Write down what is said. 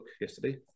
yesterday